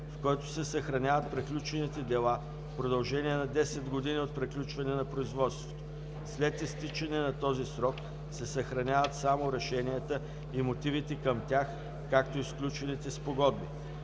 в който се съхраняват приключените дела в продължение на 10 години от приключване на производството. След изтичане на този срок се съхраняват само решенията и мотивите към тях, както и сключените спогодби.“